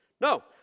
No